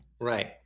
Right